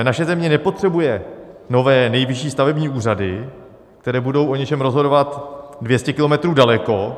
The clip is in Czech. Naše země nepotřebuje nové nejvyšší stavební úřady, které budou o něčem rozhodovat 200 km daleko.